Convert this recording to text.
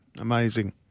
amazing